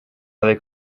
avec